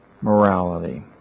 morality